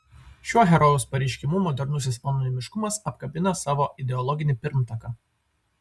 šiuo herojaus pareiškimu modernusis anonimiškumas apkabina savo ideologinį pirmtaką